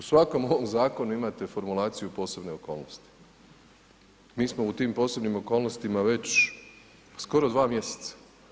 U svakom ovom zakonu imate formulaciju posebne okolnosti, mi smo u tim posebnim okolnostima već skoro 2 mjeseca.